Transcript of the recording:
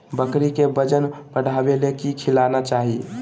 बकरी के वजन बढ़ावे ले की खिलाना चाही?